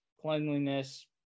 cleanliness